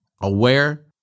aware